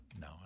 No